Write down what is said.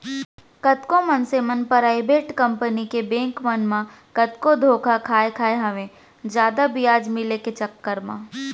कतको मनसे मन पराइबेट कंपनी के बेंक मन म कतको धोखा खाय खाय हवय जादा बियाज मिले के चक्कर म